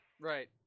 right